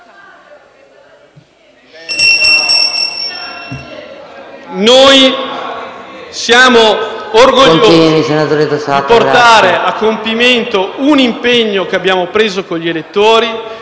Noi siamo orgogliosi di portare a compimento un impegno che abbiamo preso con gli elettori: